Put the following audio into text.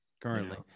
currently